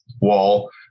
wall